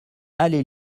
allée